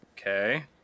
Okay